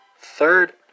Third